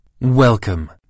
Welcome